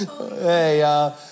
Hey